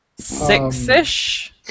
Six-ish